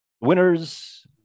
winners